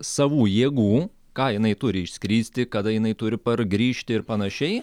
savų jėgų ką jinai turi išskristi kada jinai turi pargrįžti ir panašiai